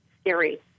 scary